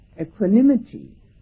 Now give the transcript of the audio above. equanimity